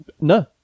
No